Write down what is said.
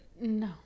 No